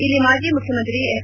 ಇಲ್ಲಿ ಮಾಜಿ ಮುಖ್ಜಮಂತ್ರಿ ಎಸ್